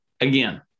again